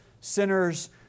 sinners